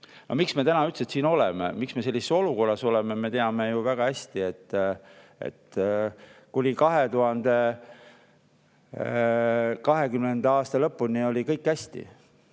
miks me täna üldse siin oleme? Miks me sellises olukorras oleme? Me teame ju väga hästi, et kuni 2020. aasta lõpuni oli kõik hästi.